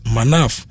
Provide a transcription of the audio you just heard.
Manaf